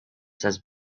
says